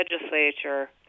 legislature